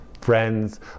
Friends